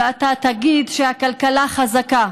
ואתה תגיד שהכלכלה חזקה,